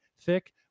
thick